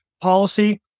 policy